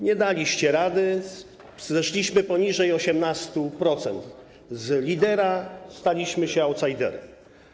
Nie daliście rady, zeszliśmy poniżej 18%, z lidera staliśmy się outsiderem.